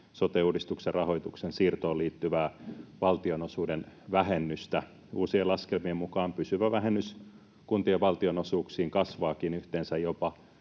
sote-uudistuksen rahoituksen siirtoon liittyvää valtionosuuden vähennystä. Uusien laskelmien mukaan pysyvä vähennys kuntien valtionosuuksiin kasvaakin yhteensä jopa